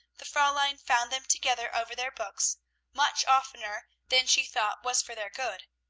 the fraulein found them together over their books much oftener than she thought was for their good.